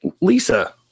Lisa